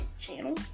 channel